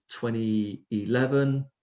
2011